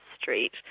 Street